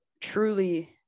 truly